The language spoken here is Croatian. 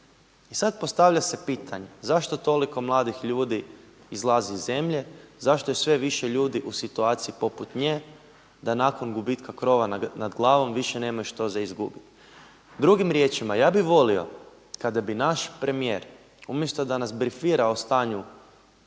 I sada se postavlja pitanje, zašto toliko mladih ljudi izlazi iz zemlje, zašto je sve više ljudi u situaciji poput nje, da nakon gubitka krova nad glavom više nemaju što za izgubiti? Drugim riječima, ja bih volio kada bi naš premijer umjesto da nas brifira o stanju